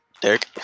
Derek